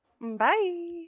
Bye